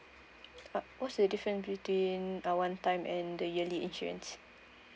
uh what's the difference between uh one time and the yearly insurance